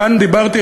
כאן דיברתי,